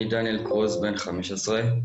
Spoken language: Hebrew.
אני דניאל קרוז בן חמש עשרה,